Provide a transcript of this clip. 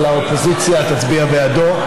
אבל האופוזיציה תצביע בעדו.